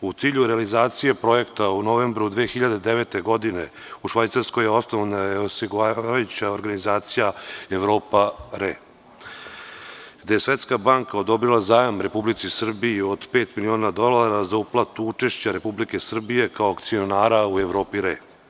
U cilju realizacije projekta, u novembru 2009. godine u Švajcarskoj je osnovana osiguravajuća organizacija „Evropa RE“, gde je Svetska banka odobrila zajam Republici Srbiji od pet miliona dolara za uplatu učešća Republike Srbije kao akcionara u „Evropa RE“